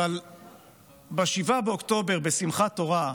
ב-7 באוקטובר, בשמחת תורה,